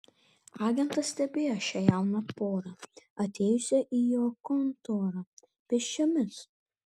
agentas stebėjo šią jauną porą atėjusią į jo kontorą pėsčiomis